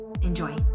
Enjoy